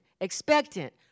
expectant